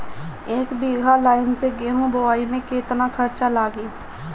एक बीगहा लाईन से गेहूं बोआई में केतना खर्चा लागी?